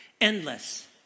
endless